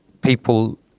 People